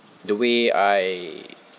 the way I